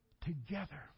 together